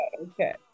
okay